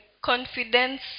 confidence